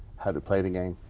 how to play the game.